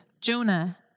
Jonah